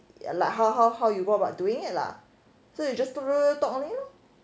ya lah how how how you go about doing it lah so you just talk only lor